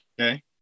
Okay